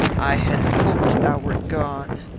i had hoped thou wert gone.